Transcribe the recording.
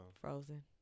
frozen